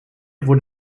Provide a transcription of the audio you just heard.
wurde